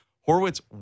Horowitz